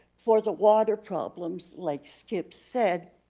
for the water problems, like skip said,